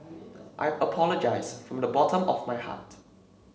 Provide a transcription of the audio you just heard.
I apologise from the bottom of my heart